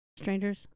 Strangers